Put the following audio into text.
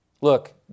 Look